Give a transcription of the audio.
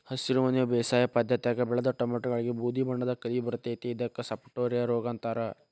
ಹಸಿರುಮನಿ ಬೇಸಾಯ ಪದ್ಧತ್ಯಾಗ ಬೆಳದ ಟೊಮ್ಯಾಟಿಗಳಿಗೆ ಬೂದಿಬಣ್ಣದ ಕಲಿ ಬರ್ತೇತಿ ಇದಕ್ಕ ಸಪಟೋರಿಯಾ ರೋಗ ಅಂತಾರ